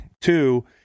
Two